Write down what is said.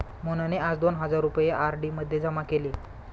मोहनने आज दोन हजार रुपये आर.डी मध्ये जमा केले